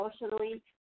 emotionally